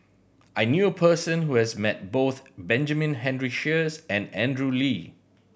I knew a person who has met both Benjamin Henry Sheares and Andrew Lee